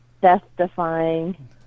death-defying